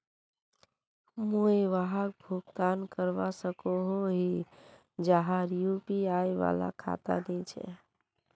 मुई वहाक भुगतान करवा सकोहो ही जहार यु.पी.आई वाला खाता नी छे?